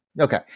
Okay